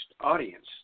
audience